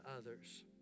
others